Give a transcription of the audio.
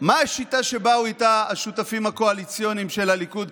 מה השיטה שבאו איתה השותפים הקואליציוניים של הליכוד.